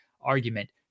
argument